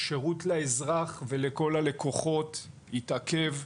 השירות לאזרח ולכל הלקוחות התעכב,